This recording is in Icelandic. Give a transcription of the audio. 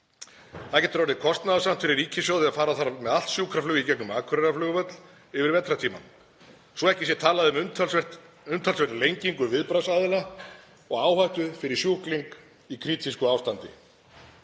Það getur orðið kostnaðarsamt fyrir ríkissjóð ef fara þarf með allt sjúkraflug í gegnum Akureyrarflugvöll yfir vetrartímann svo ekki sé talað um umtalsverða lengingu viðbragða viðbragðsaðila og áhættu fyrir sjúkling í krítísku ástandi.